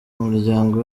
umuryango